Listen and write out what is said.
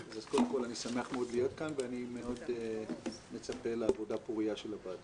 אז אני שמח מאוד להיות כאן ואני מאוד מצפה לעבודה פורייה של הוועדה.